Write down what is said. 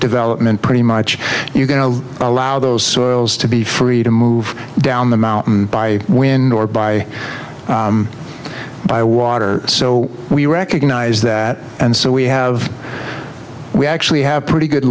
development pretty much you're going to allow those soils to be free to move down the mountain by when or by by water so we recognize that and so we have we actually have pretty good